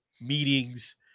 meetings